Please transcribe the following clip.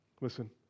Listen